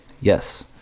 Yes